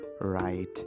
right